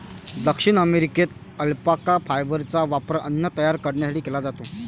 दक्षिण अमेरिकेत अल्पाका फायबरचा वापर अन्न तयार करण्यासाठी केला जातो